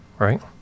Right